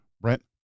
Brent